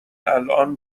الان